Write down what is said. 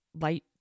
light